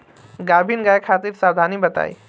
गाभिन गाय खातिर सावधानी बताई?